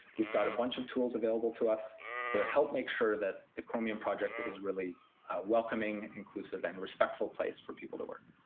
we've got a bunch of tools available to us to help make sure that the chromium project is a really welcoming, inclusive, and respectful place for people to work.